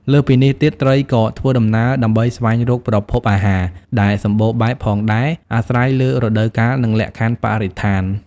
លើសពីនេះទៀត ត្រីក៏ធ្វើដំណើរដើម្បីស្វែងរកប្រភពអាហារដែលសម្បូរបែបផងដែរ អាស្រ័យលើរដូវកាល និងលក្ខខណ្ឌបរិស្ថាន។